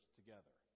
together